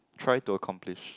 try to accomplish